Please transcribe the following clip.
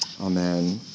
Amen